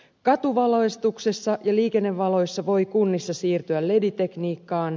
katuvalaistuksessa ja liikennevaloissa voi kunnissa siirtyä leditekniikkaan